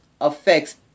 affects